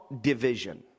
Division